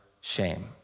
shame